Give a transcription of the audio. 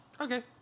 Okay